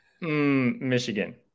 michigan